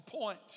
point